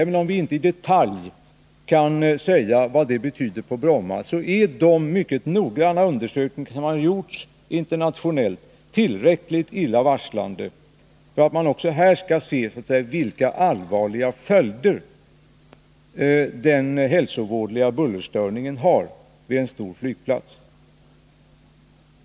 Även om vi inte i detalj kan säga vad det betyder på Bromma, så är de mycket noggranna undersökningar som har gjorts internationellt tillräckligt illavarslande för att man också här skall se på vilka allvarliga följder den hälsovådliga bullerstörningen har vid en stor flygplats.